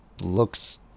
looks